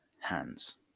hands